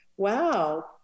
Wow